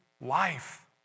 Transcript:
life